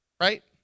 right